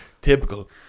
typical